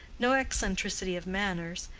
no eccentricity of manners,